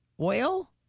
Oil